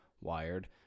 Wired